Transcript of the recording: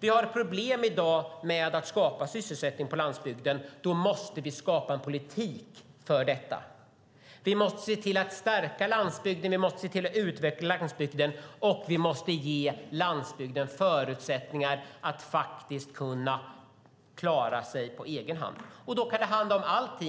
Vi har i dag problem med att skapa sysselsättning på landsbygden, och då måste vi skapa en politik för detta. Vi måste se till att stärka landsbygden, vi måste se till att utveckla landsbygden och vi måste ge landsbygden förutsättningar att klara sig på egen hand. Det kan handla om allt